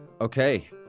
Okay